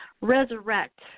resurrect